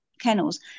kennels